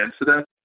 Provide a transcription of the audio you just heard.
incident